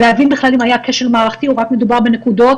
להבין האם היה כשל מערכתי או שמדובר בנקודות,